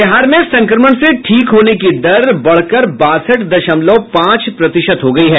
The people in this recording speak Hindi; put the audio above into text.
बिहार में संक्रमण से ठीक होने की दर बढ़कर बासठ दशमलव पांच प्रतिशत हो गयी है